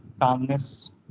calmness